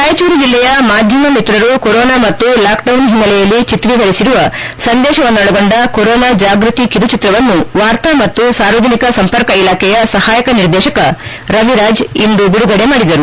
ರಾಯಚೂರು ಜಿಲ್ಲೆಯ ಮಾಧ್ಯಮ ಮಿತ್ರರು ಕೊರೊನಾ ಮತ್ತು ಲಾಕ್ಡೌನ್ ಹಿನ್ನೆಲೆಯಲ್ಲಿ ಚಿತ್ರೀಕರಿಸಿರುವ ಸಂದೇಶವನ್ನೊಳಗೊಂಡ ಕೊರೊನಾ ಜಾಗೃತಿ ಕಿರು ಚಿತ್ರವನ್ನು ವಾರ್ತಾ ಮತ್ತು ಸಾರ್ವಜನಿಕ ಸಂಪರ್ಕ ಇಲಾಖೆಯ ಸಹಾಯಕ ನಿರ್ದೇಶಕ ರವಿರಾಜ್ ಇಂದು ಬಿಡುಗಡೆ ಮಾಡಿದರು